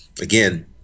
Again